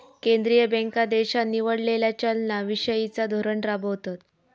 केंद्रीय बँका देशान निवडलेला चलना विषयिचा धोरण राबवतत